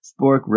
Spork